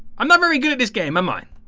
i'm not very good at this game a mine.